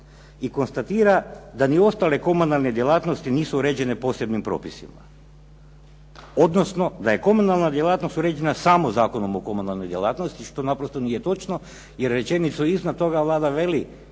i konstatira da ni ostale komunalne djelatnosti nisu uređene posebnim propisima, odnosno da je komunalna djelatnost uređena samo Zakonom o komunalnoj djelatnosti, što naprosto nije točno jer rečenicu iznad toga Vlada veli